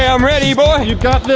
i'm ready, boy! you got this.